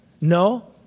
No